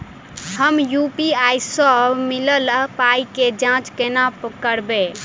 हम यु.पी.आई सअ मिलल पाई केँ जाँच केना करबै?